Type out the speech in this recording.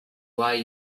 why